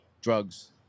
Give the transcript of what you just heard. drugs